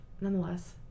nonetheless